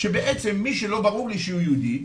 שבעצם מי שלא ברור לי שהוא יהודי,